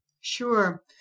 Sure